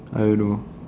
I don't know